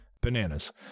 Bananas